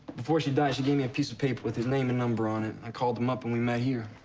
before she died, she gave me a piece of paper with his name and number on it. i called him up, and we met here.